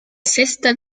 cesta